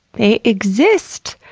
they exist!